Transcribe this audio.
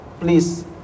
please